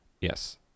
yes